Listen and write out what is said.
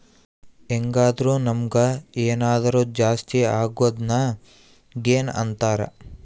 ಹೆಂಗಾದ್ರು ನಮುಗ್ ಏನಾದರು ಜಾಸ್ತಿ ಅಗೊದ್ನ ಗೇನ್ ಅಂತಾರ